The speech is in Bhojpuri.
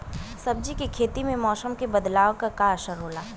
सब्जी के खेती में मौसम के बदलाव क का असर होला?